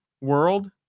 world